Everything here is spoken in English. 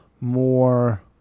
more